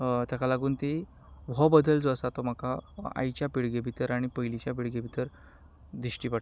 ताका लागून तीं हो बदल जो आसा तो म्हाका आयचे पिळगे भितर आनी पयलींच्या पिळगे भितर दिश्टी पडटा